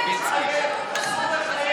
אדוני היושב-ראש,